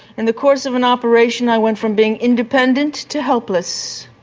in the course of an operation i went from being independent to helpless,